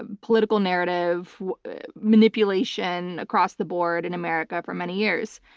ah political narrative manipulation across the board in america for many years.